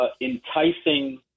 enticing